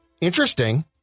interesting